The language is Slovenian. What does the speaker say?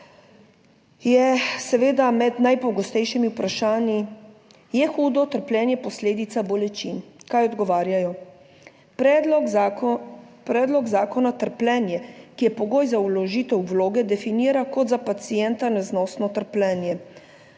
je seveda med najpogostejšimi vprašanji: je hudo trpljenje posledica bolečin? Kaj odgovarjajo? Predlog, predlog zakona trpljenje, ki je pogoj za vložitev vloge, definira kot za pacienta neznosno trpljenje.